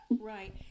Right